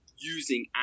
using